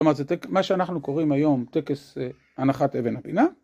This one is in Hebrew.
זאת אומרת, זה מה שאנחנו קוראים היום טקס הנחת אבן הפינה.